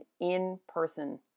in-person